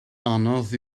anodd